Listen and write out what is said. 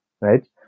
right